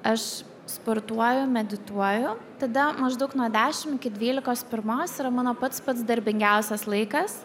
aš sportuoju medituoju tada maždaug nuo dešim iki dvylikos pirmos yra mano pats pats darbingiausias laikas